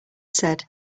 said